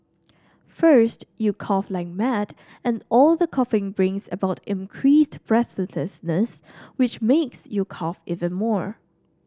first you cough like mad and all the coughing brings about increased breathlessness which makes you cough even more